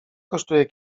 kosztuje